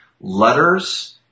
letters